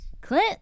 Clint